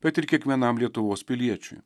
bet ir kiekvienam lietuvos piliečiui